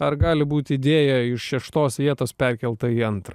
ar gali būt idėja iš šeštos vietos perkelta į antrą